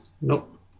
Nope